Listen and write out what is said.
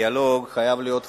הדיאלוג חייב להיות חריף,